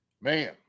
Man